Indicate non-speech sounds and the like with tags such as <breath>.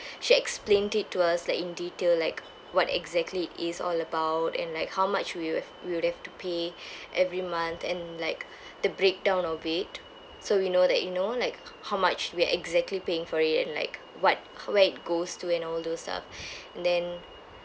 she explained it to us like in detail like what exactly it's all about and like how much we would have we would have to pay <breath> every month and like <breath> the breakdown of it so we know that you know like how much we're exactly paying for it and like what where it goes to and all those stuff <breath> and then